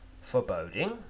foreboding